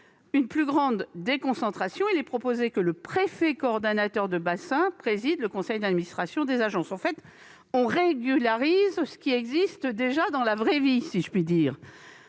d'une plus grande déconcentration, il est proposé que le préfet coordonnateur de bassin préside le conseil d'administration des agences. En fait, nous régularisons ce qui existe déjà, en pratique, depuis 2021.